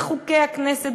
בחוקי הכנסת,